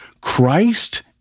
Christ